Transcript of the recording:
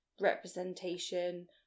representation